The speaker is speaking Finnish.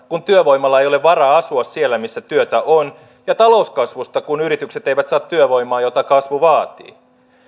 kun työvoimalla ei ole varaa asua siellä missä työtä on ja talouskasvusta kun yritykset eivät saa työvoimaa jota kasvu vaatii